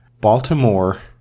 Baltimore